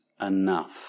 enough